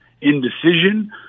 indecision